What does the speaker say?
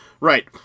Right